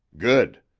good.